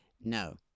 No